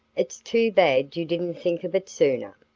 it's too bad you didn't think of it sooner.